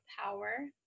power